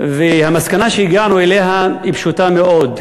והמסקנה שהגענו אליה היא פשוטה מאוד.